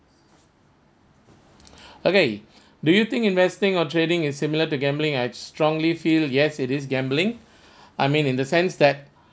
okay do you think investing or trading is similar to gambling I strongly feel yes it is gambling I mean in the sense that